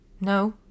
no